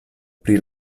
pri